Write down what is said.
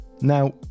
Now